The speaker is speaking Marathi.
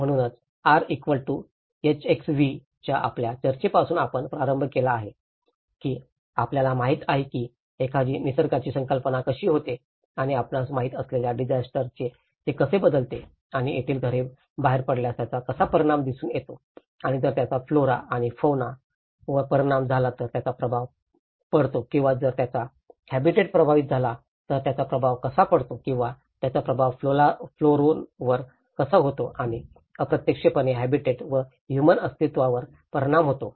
म्हणूनच RHxV च्या आपल्या चर्चेपासून आपण प्रारंभ केला आहे की आपल्याला माहित आहे की एखाद्या निसर्गाची कल्पना कशी होते आणि आपणास माहित असलेल्या डिझास्टरत ते कसे बदलते आणि तेथील घरे बाहेर पडल्यास त्याचा कसा परिणाम दिसून येतो आणि जर त्याचा फ्लोरा आणि फौना वर परिणाम झाला तर त्याचा प्रभाव पडतो किंवा जर त्याचा हॅबिटॅट प्रभावित झाला तर त्याचा प्रभाव पडतो किंवा त्याचा प्रभाव फ्लोरांवर होतो आणि अप्रत्यक्षपणे हॅबिटॅट व ह्यूमन अस्तित्वावर परिणाम होतो